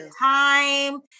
time